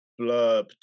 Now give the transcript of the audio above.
blurb